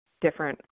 different